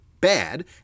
bad